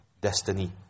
destiny